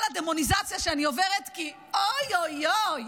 הדמוניזציה שאני עוברת כי אוי אוי אוי,